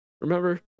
Remember